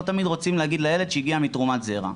לא תמיד רוצים להגיד לילד שהוא הגיע מתרומת זרע,